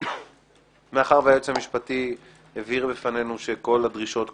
מאחר והיועץ המשפטי הבהיר בפנינו שכל הדרישות קוימו,